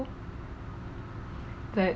that